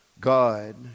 God